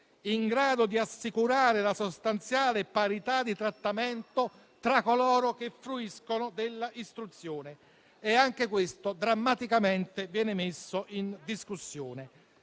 in grado di assicurare la sostanziale parità di trattamento tra coloro che fruiscono dell'istruzione: anche questo, drammaticamente, viene messo in discussione.